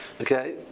Okay